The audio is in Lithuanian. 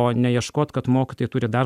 o neieškot kad mokytojai turi dar